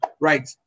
right